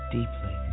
Deeply